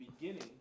beginning